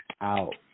out